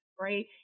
right